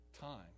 time